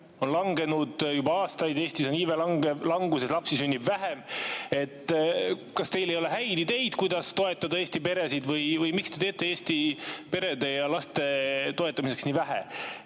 on langenud juba aastaid. Eestis on iive languses, lapsi sünnib vähem. Kas teil ei ole häid ideid, kuidas toetada Eesti peresid või miks te teete Eesti perede ja laste toetamiseks nii vähe? Kui